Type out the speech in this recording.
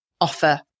offer